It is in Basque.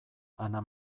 ana